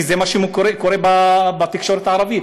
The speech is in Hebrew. כי זה מה שקורה בתקשורת הערבית.